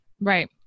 Right